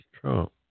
Trump